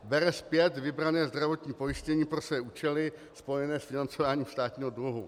Bere zpět vybrané zdravotní pojištění pro své účely spojené s financováním státního dluhu.